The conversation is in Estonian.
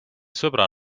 sõbra